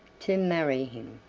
to marry him.